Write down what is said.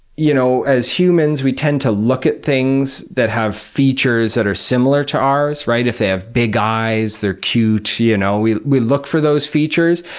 you know as humans, we tend to look at things that have features that are similar to ours. if they have big eyes, they're cute, you know, we we look for those features,